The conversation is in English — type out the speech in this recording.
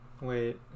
Wait